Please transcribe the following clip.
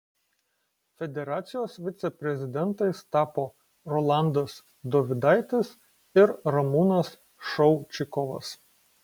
federacijos viceprezidentais tapo rolandas dovidaitis ir ramūnas šaučikovas